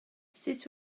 sut